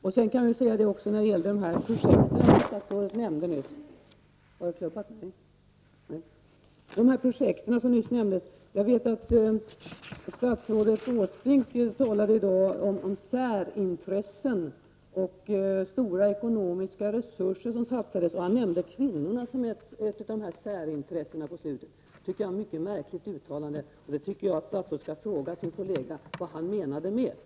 Vidare har vi de projekt som nämndes nyss. Jag vet att statsrådet Åsbrink talade i dag om särintressen och stora ekonomiska resurser som satsas. Han nämnde kvinnorna som ett särintresse på slutet. Det tycker jag är ett mycket märkligt uttalande, och jag tycker att statsrådet skall fråga sin kollega vad han menade med det.